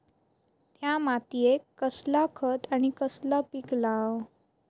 त्या मात्येत कसला खत आणि कसला पीक लाव?